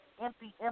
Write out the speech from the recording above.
empty